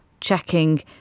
checking